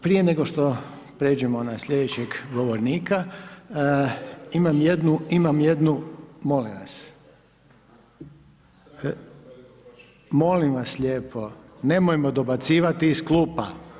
Prije nego što pređemo na slijedećeg govornika, imam jednu, …… [[Upadica sa strane, ne razumije se.]] Molim vas, molim vas lijepo, nemojmo dobacivati iz klupa.